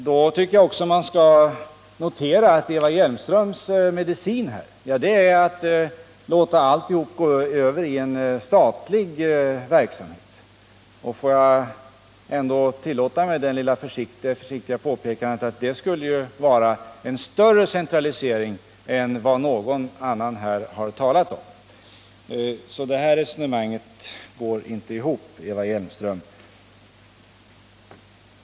Då tycker jag att man också skall notera att Eva Hjelmströms medicin här äratt låta allting gå över i en statlig verksamhet. Får jag tillåta mig att göra det lilla försiktiga påpekandet att det i så fall skulle vara en större centralisering än vad någon annan här har talat om. Detta resonemang går inte ihop, Eva Hjelmström.